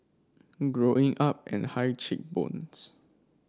Growing Up and high cheek bones